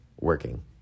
working